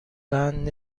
بند